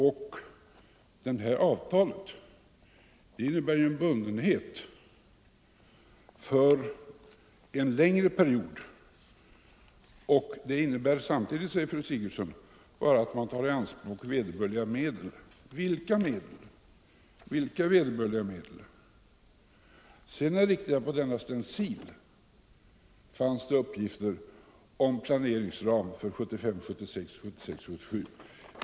Men det här avtalet innebär en bundenhet för en längre period och det innebär samtidigt, säger 67 fru Sigurdsen, bara att man tar i anspråk tillgängliga medel. Vilka tillgängliga medel? Det är riktigt att på stencilen fanns uppgifter om planeringsramar för 1975 77.